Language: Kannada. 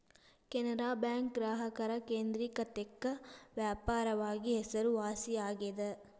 ಕೆನರಾ ಬ್ಯಾಂಕ್ ಗ್ರಾಹಕರ ಕೇಂದ್ರಿಕತೆಕ್ಕ ವ್ಯಾಪಕವಾಗಿ ಹೆಸರುವಾಸಿಯಾಗೆದ